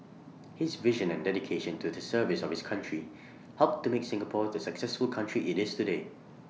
his vision and dedication to the service of his country helped to make Singapore the successful country IT is today